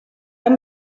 amb